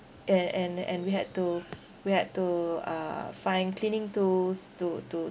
and and and we had to we had to uh find cleaning tools to to